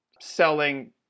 selling